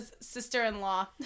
sister-in-law